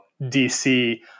DC